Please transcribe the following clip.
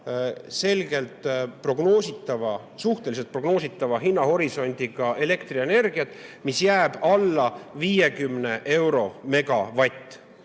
selgelt prognoositava, suhteliselt prognoositava hinnahorisondiga elektrienergiat, mis jääb alla 50 euro megavati